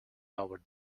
over